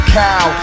cow